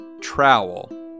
trowel